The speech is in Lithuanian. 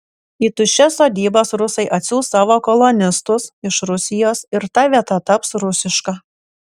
į tuščias sodybas rusai atsiųs savo kolonistus iš rusijos ir ta vieta taps rusiška